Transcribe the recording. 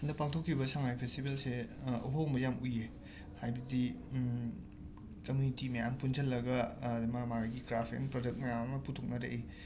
ꯍꯟꯗꯛ ꯄꯥꯡꯊꯣꯛꯈꯤꯕ ꯁꯉꯥꯏ ꯐꯦꯁꯇꯤꯕꯦꯜꯁꯦ ꯑꯍꯣꯡꯕ ꯌꯥꯝ ꯎꯏꯌꯦ ꯍꯥꯏꯕꯗꯤ ꯀꯃꯨꯏꯅꯤꯇꯤ ꯃꯌꯥꯝ ꯄꯨꯟꯓꯜꯂꯒ ꯃꯥ ꯃꯥꯒꯤ ꯀ꯭ꯔꯥꯐꯁ ꯑꯦꯟ ꯄ꯭ꯔꯗꯛ ꯃꯌꯥꯝ ꯑꯃ ꯄꯨꯊꯣꯛꯅꯔꯛꯏ